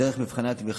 דרך מבחני התמיכה,